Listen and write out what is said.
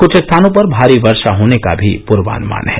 कुछ स्थानों पर भारी वर्षा होने का भी पूर्वान्मान है